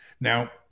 Now